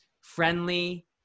friendly